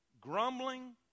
grumbling